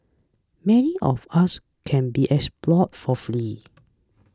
many of us can be explored for free